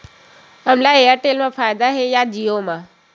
हमला एयरटेल मा फ़ायदा हे या जिओ मा?